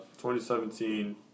2017